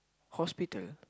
hospital